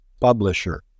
publisher